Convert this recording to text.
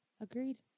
Agreed